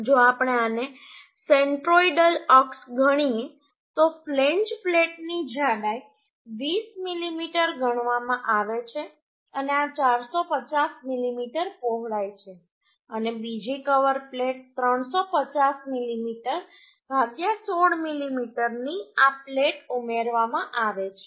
જો આપણે આને સેન્ટ્રોઇડલ અક્ષ ગણીએ તો ફ્લેંજ પ્લેટની જાડાઈ 20 મીમી ગણવામાં આવે છે અને આ 450 મીમી પહોળાઈ છે અને બીજી કવર પ્લેટ 350 મીમી 16 મીમી ની આ પ્લેટ ઉમેરવામાં આવે છે